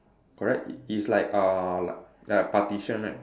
correct it it's like uh like like partition right